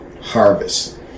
harvest